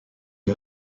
est